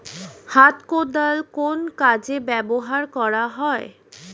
হাত কোদাল কোন কাজে ব্যবহার করা হয়?